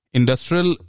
industrial